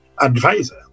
advisor